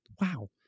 Wow